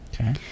Okay